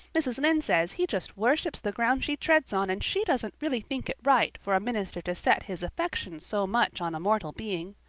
mrs. lynde says he just worships the ground she treads on and she doesn't really think it right for a minister to set his affections so much on a mortal being.